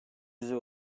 yüze